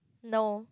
no